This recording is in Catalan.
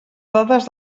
dades